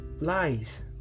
lies